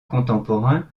contemporain